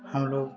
हमलोग